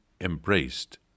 embraced